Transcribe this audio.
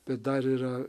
bet dar yra